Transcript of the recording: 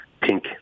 pink